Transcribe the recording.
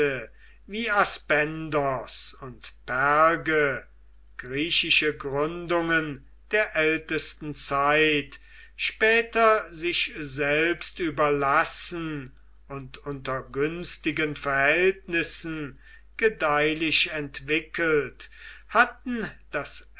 wie aspendos und perge griechische gründungen der ältesten zeit später sich selbst überlassen und unter günstigen verhältnissen gedeihlich entwickelt hatten das